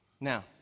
Now